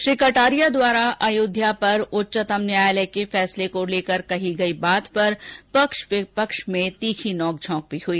श्री कटारिया द्वारा अयोध्या पर उच्चतम न्यायालय के फैसले को लेकर कही गई बात पर पक्ष विपक्ष में तीखी नोंकझोंक भी हुई